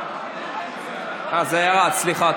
סליחה,